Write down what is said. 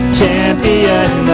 champion